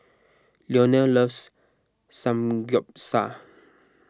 Leonel loves Samgyeopsal